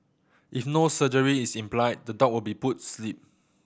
if no surgery is implied the dog will be put sleep